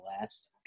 last